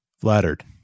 flattered